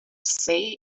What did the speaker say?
say